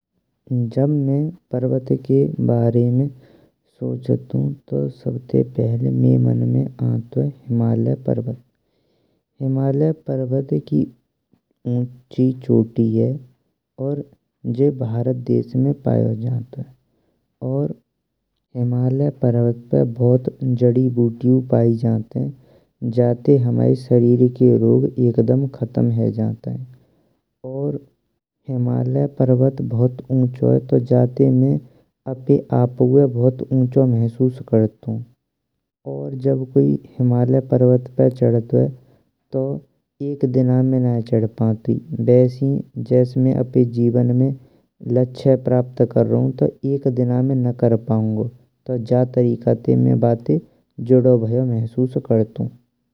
जब मे परवत के बारे में सोचन्तु तो सबते पहिले मइये मन में आँतए हिमाल्य परवत। हिमाल्य परवत की उँची चोटी है और जे भरत देश में पाओ जंतुये। और हिमाल्य परवत पे बहुत जड़ी बुट्टियु पाई जातेये जाते। हमाए शरीर के रोग एकदम खतम है जातये और हिमालय परवत बहुत उँचोए तो जाते में अप्पै आपाऊए बहुत उँचो महसूस करतुन। और जब कोइ हिमाल्य परवत पे चढतुए तो एक दिन में नाये चढ पातुने वेस्से जैस्स में आपाए जीवन में लाचे प्राप्त कर रहूं हुन तो एक दिना में ना कर पाऊँगो। जा तरीका ते में बाते जुड़ो बेयो महसूस करतु।